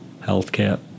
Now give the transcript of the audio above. healthcare